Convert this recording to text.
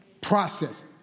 Process